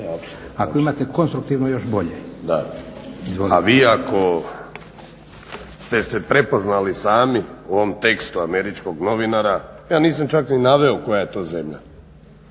A vi ako ste se prepoznali sami u ovom tekstu američkog novinara, ja nisam čak ni naveo koja je to zemlja.